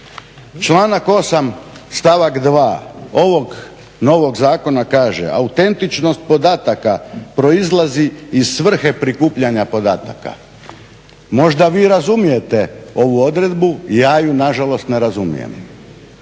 stavak 2. ovog novog zakona kaže: "Autentičnost podataka proizlazi iz svrhe prikupljanja podataka." Možda vi razumijete ovu odredbu, ja ju na žalost ne razumijem.